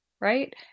right